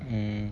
mm